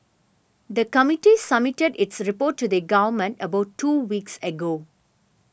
the committee submitted its report to the Government about two weeks ago